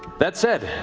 that said,